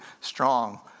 strong